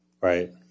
Right